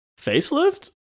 facelift